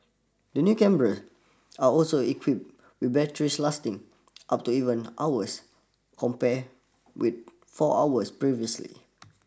the new cameras are also equipped with batteries lasting up to even hours compared with four hours previously